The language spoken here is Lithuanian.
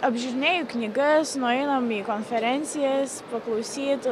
apžiūrinėju knygas nueinam į konferencijas paklausyt